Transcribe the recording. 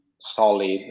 solid